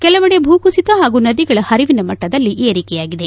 ಕೆಲವೆಡೆ ಭೂಕುಸಿತ ಹಾಗೂ ನದಿಗಳ ಹರಿವಿನ ಮಟ್ಟದಲ್ಲಿ ಏರಿಕೆಯಾಗಿದೆ